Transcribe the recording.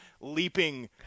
leaping